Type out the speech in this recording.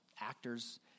actors